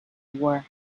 war